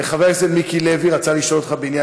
חבר הכנסת מיקי לוי רצה לשאול אותך בעניין